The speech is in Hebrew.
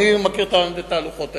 אני מכיר את התהלוכות האלה.